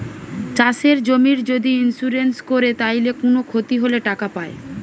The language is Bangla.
চাষের জমির যদি ইন্সুরেন্স কোরে তাইলে কুনো ক্ষতি হলে টাকা পায়